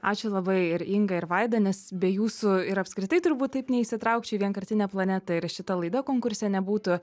ačiū labai ir inga ir vaida nes be jūsų ir apskritai turbūt taip neįsitraukčiau į vienkartinę planetą ir šita laida konkurse nebūtų